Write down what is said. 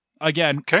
Again